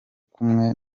kumwe